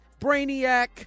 Brainiac